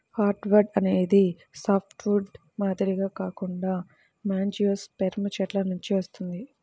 hardwood అనేది softwood మాదిరిగా కాకుండా యాంజియోస్పెర్మ్ చెట్ల నుండి వస్తుంది